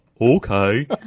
Okay